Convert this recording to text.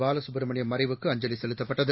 பாலசுப்பிரமணியம் மறைவுக்கு அஞ்சலி செலுத்தப்பட்டது